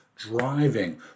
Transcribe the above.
driving